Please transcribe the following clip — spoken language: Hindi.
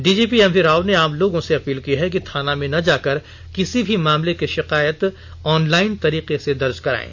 डीजीपी एम वी राव ने लागों से अपील की है कि ँथाना में न जाकर किसी भी मामले की शिकायत ऑनलाइन तरीके से दर्ज कराये